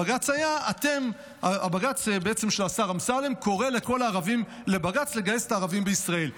הבג"ץ של השר אמסלם בעצם קורא לבג"ץ לגייס את כל הערבים בישראל.